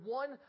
one